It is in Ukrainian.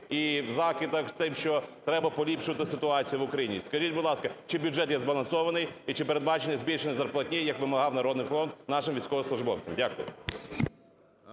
і в закидах з тим, що треба поліпшувати ситуацію в Україні. Скажіть, будь ласка, чи бюджет є збалансований і чи передбачене збільшення зарплатні, як вимагав "Народний фронт", нашим військовослужбовцям. Дякую.